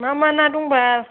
मा मा ना दंबाल